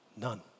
none